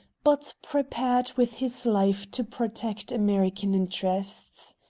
but prepared with his life to protect american interests.